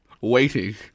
Waiting